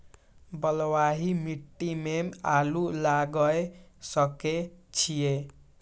बलवाही मिट्टी में आलू लागय सके छीये?